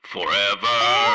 Forever